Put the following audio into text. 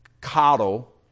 coddle